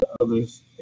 others